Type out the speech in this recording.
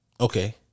okay